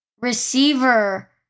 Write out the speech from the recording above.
receiver